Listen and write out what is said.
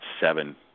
seven